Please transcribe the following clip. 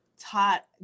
taught